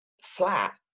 flat